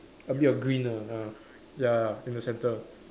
a bit of green ah ya ya in the centre